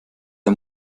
der